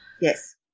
Yes